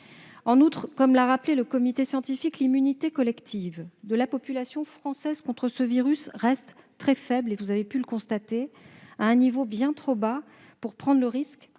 En outre, comme l'a rappelé le conseil scientifique, l'immunité collective de la population française contre ce virus reste très faible- vous avez pu le constater -, à un niveau bien trop bas pour prendre le risque